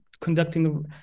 conducting